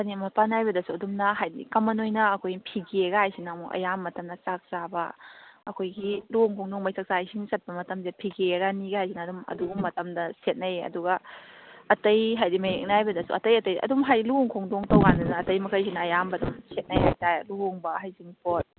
ꯐꯅꯦꯛ ꯃꯄꯥꯟ ꯅꯥꯏꯕꯗꯁꯨ ꯑꯗꯨꯝꯅ ꯍꯥꯏꯗꯤ ꯀꯃꯟ ꯑꯣꯏꯅ ꯑꯩꯈꯣꯏ ꯐꯤꯒꯦꯀꯥꯏꯁꯤꯅ ꯑꯃꯨꯛ ꯑꯌꯥꯝꯕ ꯃꯇꯝꯗ ꯆꯥꯛ ꯆꯥꯕ ꯑꯩꯈꯣꯏꯒꯤ ꯂꯨꯍꯣꯡ ꯈꯣꯡꯗꯣꯡꯕꯩ ꯆꯥꯛꯆꯥ ꯏꯁꯤꯡ ꯆꯠꯄ ꯃꯇꯝꯗ ꯐꯤꯒꯦ ꯔꯥꯅꯤꯀꯥꯏꯁꯤꯅ ꯑꯗꯨꯝ ꯑꯗꯨꯒꯨꯝꯕ ꯃꯇꯝꯗ ꯁꯦꯠꯅꯩꯌꯦ ꯑꯗꯨꯒ ꯑꯇꯩ ꯍꯥꯏꯗꯤ ꯃꯌꯦꯛ ꯅꯥꯏꯕꯗꯁꯨ ꯑꯇꯩ ꯑꯇꯩ ꯑꯗꯨꯝ ꯍꯥꯏꯗꯤ ꯂꯨꯍꯣꯡ ꯈꯣꯡꯗꯣꯡ ꯇꯣꯉꯥꯟꯅ ꯑꯇꯩ ꯃꯈꯩꯁꯤꯅ ꯑꯌꯥꯝꯕ ꯑꯗꯨꯝ ꯁꯦꯠꯅꯩ ꯍꯥꯏꯇꯥꯔꯦ ꯂꯨꯍꯣꯡꯕ ꯍꯩꯖꯤꯡꯄꯣꯠ